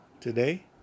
today